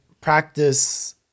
practice